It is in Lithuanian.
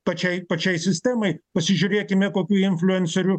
pačiai pačiai sistemai pasižiūrėkime kokių infliuencerių